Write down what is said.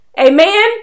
Amen